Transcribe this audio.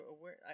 aware